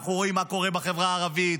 אנחנו רואים מה קורה בחברה הערבית,